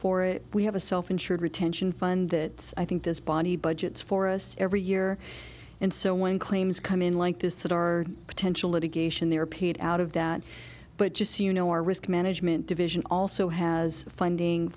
for it we have a self insured retention fund that i think this body budgets for us every year and so one claims come in like this that are potential litigation they are paid out of that but just you know our risk management division also has funding